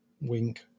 Wink